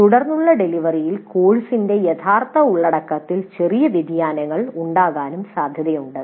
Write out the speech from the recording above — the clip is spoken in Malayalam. തുടർന്നുള്ള ഡെലിവറിയിൽ കോഴ്സിന്റെ യഥാർത്ഥ ഉള്ളടക്കത്തിൽ ചെറിയ വ്യതിയാനങ്ങൾ ഉണ്ടാകാനും സാധ്യതയുണ്ട്